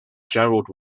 gerald